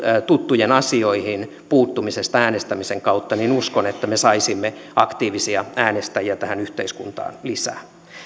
tuttujen asioihin puuttumisesta äänestämisen kautta niin uskon että me saisimme aktiivisia äänestäjiä tähän yhteiskuntaan lisää